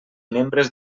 membres